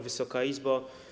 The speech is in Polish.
Wysoka Izbo!